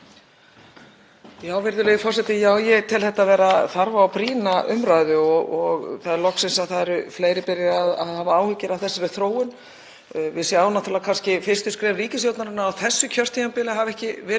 Við sjáum náttúrlega að fyrstu skref ríkisstjórnarinnar á þessu kjörtímabili hafa ekki verið þau bestu þegar verið er að leggja út í fjölgun ráðuneyta. Kostnaður á tímabilinu er um 2 milljarðar og hann felst ekki síst í því að verið er að fjölga opinberum starfsmönnum.